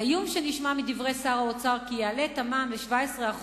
האיום שנשמע מדברי שר האוצר כי יעלה את המע"מ ל-17%